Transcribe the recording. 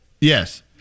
yes